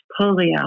polio